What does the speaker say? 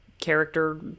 character